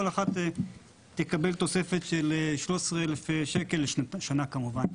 כל אחת תקבל תוספת של 13,000 שקל לשנה כמובן.